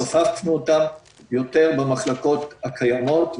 צופפנו אותם יותר במחלקות הקיימות,